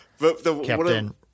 Captain